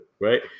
right